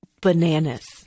bananas